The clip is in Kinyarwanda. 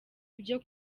ibyo